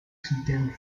condemned